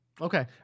Okay